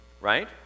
right